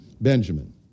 Benjamin